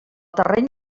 terreny